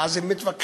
ואז הם מתווכחים,